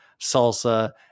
salsa